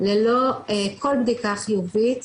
ללא כל בדיקה חיובית,